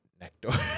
Nectar